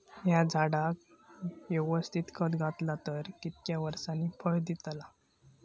हया झाडाक यवस्तित खत घातला तर कितक्या वरसांनी फळा दीताला?